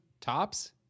tops